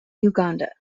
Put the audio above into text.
uganda